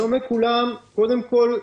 קודם כל,